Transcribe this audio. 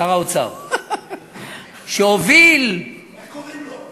שר האוצר, שהוביל, איך קוראים לו?